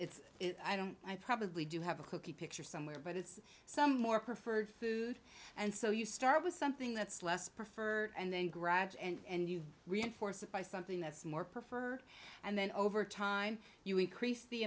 it's i don't i probably do have a cookie picture somewhere but it's some more preferred food and so you start with something that's less preferred and then grabs and you reinforce it by something that's more preferred and then over time you increase the